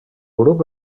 grup